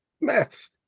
maths